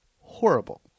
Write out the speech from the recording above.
Horrible